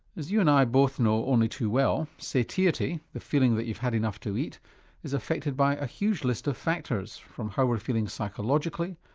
you and i both know only too well satiety the feeling that you've had enough to eat is affected by a huge list of factors from how we're feeling psychologically,